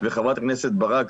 חברת הכנסת ברק,